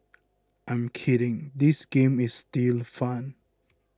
I'm kidding this game is still fun